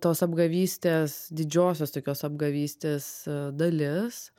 tos pagavystės didžiiosios tokios apgavystės dalis